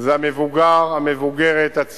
זה המבוגר, המבוגרת, הצעירה,